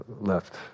left